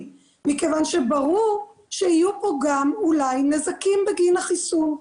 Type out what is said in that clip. מכיוון שברור שיהיו פה גם אולי נזקים בגין החיסון.